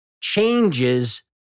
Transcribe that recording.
changes